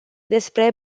despre